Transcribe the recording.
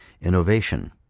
innovation